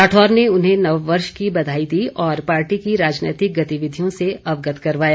राठौर ने उन्हें नववर्ष की बधाई दी और पार्टी की राजनैतिक गतिविधियों से अवगत करवाया